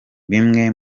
bimwe